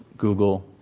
google,